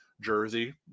jersey